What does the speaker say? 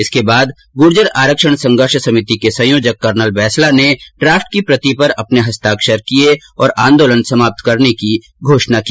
इसके बाद गुर्जर आरक्षण संघर्ष समिति के संयोजक कर्नल बैंसला ने ड्राफ्ट की प्रति पर अपने हस्ताक्षर किये और आंदोलन समाप्त करने की घोषणा की